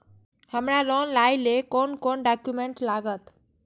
हमरा लोन लाइले कोन कोन डॉक्यूमेंट लागत?